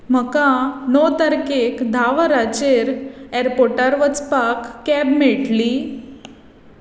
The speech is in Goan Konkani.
म्हाका णव तारकेक धा वरांचेर एअरपोटार वचपाक कॅब मेळटली